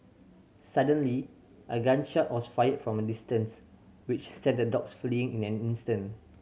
suddenly a gun shot was fired from a distance which sent the dogs fleeing in an instant